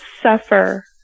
suffer